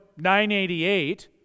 988